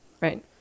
Right